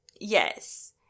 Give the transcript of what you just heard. Yes